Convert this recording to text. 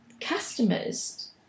customers